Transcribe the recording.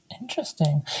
Interesting